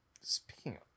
speaking